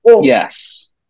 Yes